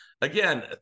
Again